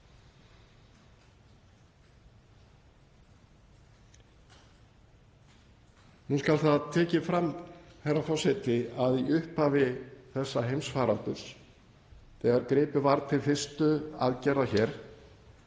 Nú skal það tekið fram, herra forseti, að í upphafi þessa heimsfaraldurs, þegar gripið var til fyrstu aðgerða hér,